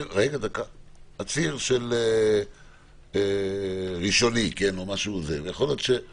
עציר שהוא ראשוני, ויכול להיות שהוא